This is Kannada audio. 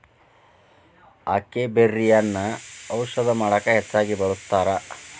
ಅಕೈಬೆರ್ರಿಯನ್ನಾ ಔಷಧ ಮಾಡಕ ಹೆಚ್ಚಾಗಿ ಬಳ್ಸತಾರ